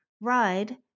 Ride